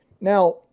Now